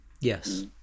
Yes